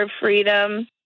freedom